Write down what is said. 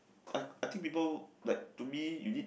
I think people like to me you need